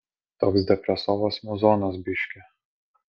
toks depresovas muzonas biškį